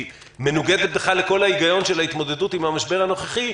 שמנוגדת בכלל לכל ההיגיון של ההתמודדות עם המשבר הנוכחי,